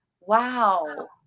wow